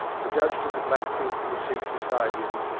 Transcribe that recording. the judge took a black thing from the seat beside him,